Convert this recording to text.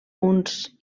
uns